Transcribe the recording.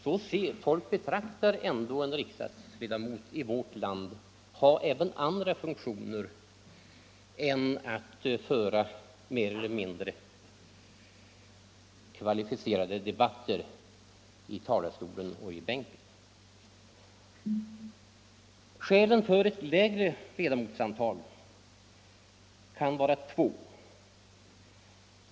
Människorna i vårt land anser nog att riksdagsledamöterna har även andra funktioner än att föra mer eller mindre kvalificerade debatter i talarstolen och i bänken. Skälen för ett lägre ledamotsantal kan vara två.